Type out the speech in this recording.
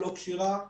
לא כשירה.